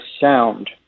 sound